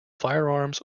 firearms